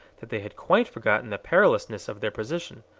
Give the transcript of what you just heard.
that they had quite forgotten the perilousness of their position.